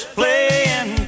playing